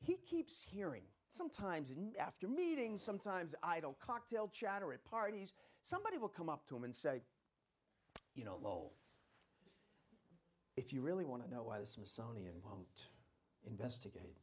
he keeps hearing sometimes and after meeting sometimes i don't cocktail chatter at parties somebody will come up to him and say you know low if you really want to know why the smithsonian investigate